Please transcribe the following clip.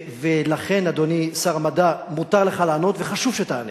ולכן, אדוני שר המדע, מותר לך לענות וחשוב שתענה.